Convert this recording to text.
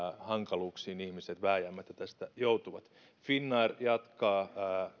hankaluuksiin ihmiset vääjäämättä tästä joutuvat finnair jatkaa